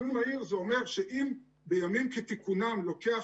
מסלול מהיר אומר שאם בימים כתיקונם לוקח